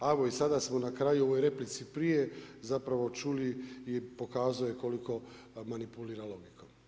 A evo i sada smo na kraju u ovoj replici prije zapravo čuli i pokazao je koliko manipulira logikom.